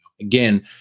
Again